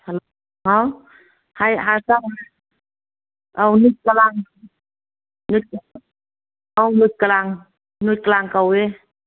hello ꯍꯥꯎ ꯑꯧ ꯅꯨꯠꯀꯂꯥꯡ ꯑꯧ ꯅꯨꯠꯀꯂꯥꯡ ꯅꯨꯠꯀꯂꯥꯡ ꯀꯧꯋꯦ